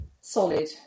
solid